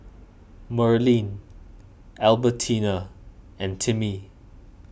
Merlene Albertina and Timmy